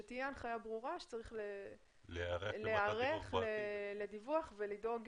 שתהיה הנחיה ברורה שצריך להיערך לדיווח ולדאוג